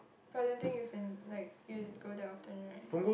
but I don't think you've been like you go there often right